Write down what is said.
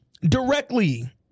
Directly